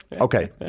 okay